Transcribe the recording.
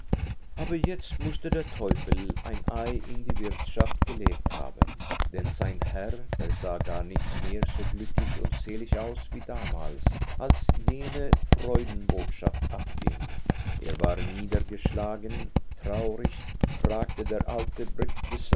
aber jetzt mußte der teufel ein ei in die wirtschaft gelegt haben denn sein herr der sah gar nicht mehr so glücklich und selig aus wie damals als jene freudenbotschaft abging er war niedergeschlagen traurig fragte der alte